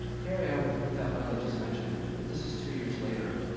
here i am, with that whale i just mentioned. but this is two years later,